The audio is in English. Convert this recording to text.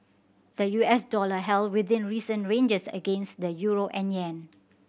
the U S dollar held within recent ranges against the euro and yen